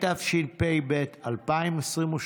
התשפ"ב 2022,